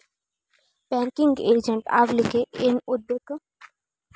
Banking agent ಆಗ್ಲಿಕ್ಕೆ ಏನ್ ಓದ್ಬೇಕು?